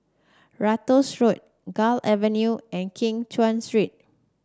Ratus Road Gul Avenue and Keng Cheow Street